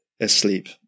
asleep